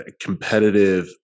competitive